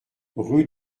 rue